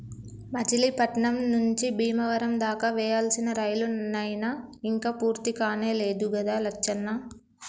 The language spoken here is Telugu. మచిలీపట్నం నుంచి బీమవరం దాకా వేయాల్సిన రైలు నైన ఇంక పూర్తికానే లేదు గదా లచ్చన్న